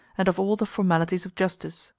and of all the formalities of justice.